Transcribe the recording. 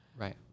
Right